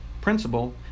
Principle